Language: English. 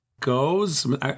goes